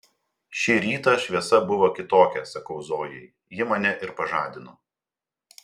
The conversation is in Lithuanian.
šį rytą šviesa buvo kitokia sakau zojai ji mane ir pažadino